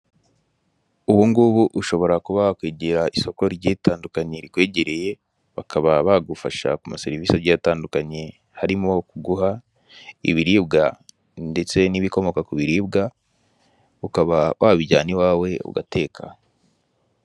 Ubu ngubu ushobora kuba wakwegera isoko rigiye ritandukanye rikwegereye, bakaba bagufasha ku ma serivisi agiye atandukanye, harimo kuguha ibiribwa ndetse n'ibikomoka ku biribwa, ukaba wabijyana iwawe ugateka.